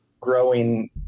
growing